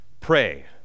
pray